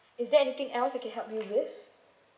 is there anything else I can help you with